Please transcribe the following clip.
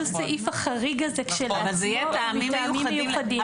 כל סעיף החריג הזה כשלעצמו הוא מטעמים מיוחדים.